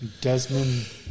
Desmond